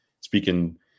speaking